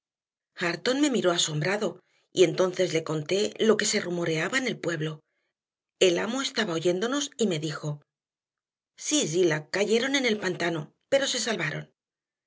hareton me miró asombrado y entonces le conté lo que se rumoreaba en el pueblo el amo estaba oyéndonos y me dijo sí zillah cayeron en el pantano pero se salvaron